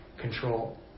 control